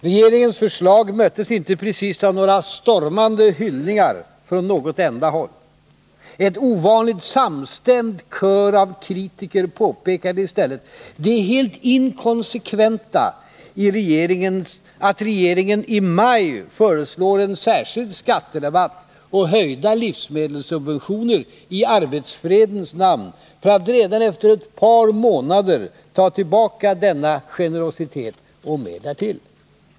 Regeringens förslag möttes inte precis av några stormande hyllningar från något enda håll. En ovanligt samstämd kör av kritiker påpekade i stället det helt inkonse 31 kventa i att regeringen i maj föreslår en särskild skatterabatt och höjda livsmedelssubventioner i arbetsfredens namn, för att redan efter ett par månader ta tillbaka denna generositet och mer därtill.